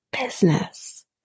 business